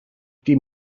die